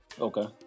Okay